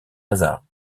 lazare